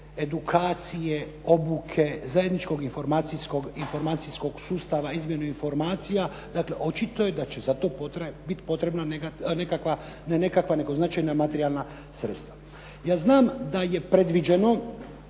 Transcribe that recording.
edukacije, obuke, zajedničkog informacijskog sustava, izmjenu informacija, dakle očito je da će za to bit potrebna nekakva, ne nekakva, nego značajna materijalna sredstva. Ja znam da je predviđeno